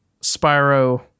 Spyro